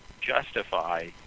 justify